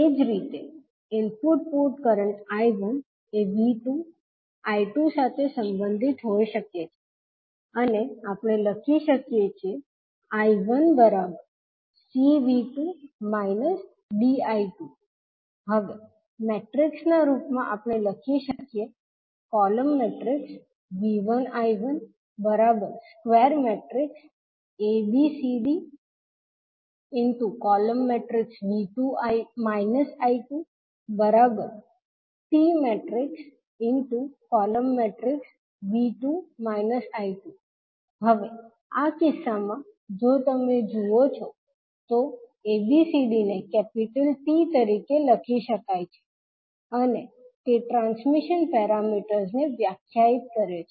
એ જ રીતે input port current 𝐈1 એ 𝐕2 I2 સાથે સંબંધિત હોઈ શકે છે અને આપણે લખી શકીએ છીએ 𝐈1 𝐂𝐕2 − 𝐃𝐈2 હવે મેટ્રિક્સ ના રૂપ માં આપણે લખી શકીએ હવે આ કિસ્સામાં જો તમે જુઓ છો to ABCD ને કેપિટલ T તરીકે લખી શકાય છે અને તે ટ્રાન્સમિશન પેરામીટર્સને વ્યાખ્યાયિત કરે છે